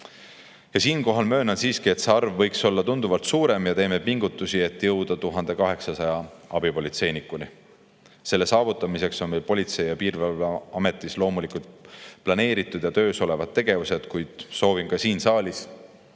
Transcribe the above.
Aga siinkohal möönan siiski, et see arv võiks olla tunduvalt suurem. Me teeme pingutusi, et jõuda 1800 abipolitseinikuni. Selle saavutamiseks on Politsei‑ ja Piirivalveametis loomulikult olemas planeeritud ja töös olevad tegevused, kuid soovin ka siin saalis